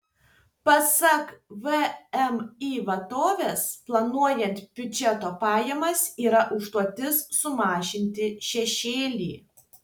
pasak vmi vadovės planuojant biudžeto pajamas yra užduotis sumažinti šešėlį